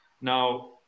Now